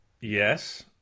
Yes